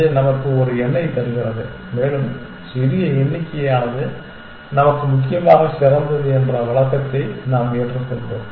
அது நமக்கு ஒரு எண்ணைத் தருகிறது மேலும் சிறிய எண்ணிக்கையானது நமக்கு முக்கியமாக சிறந்தது என்ற வழக்கத்தை நாம் ஏற்றுக்கொண்டோம்